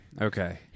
Okay